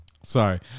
Sorry